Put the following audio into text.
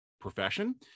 profession